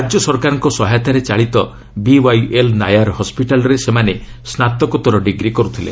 ରାଜ୍ୟ ସରକାରଙ୍କ ସହାୟତାରେ ଚାଳିତ ବିୱାଇଏଲ୍ ନାୟାର୍ ହସ୍କିଟାଲ୍ରେ ସେମାନେ ସ୍ନାତକୋତ୍ତର ଡିଗ୍ରୀ କରୁଥିଲେ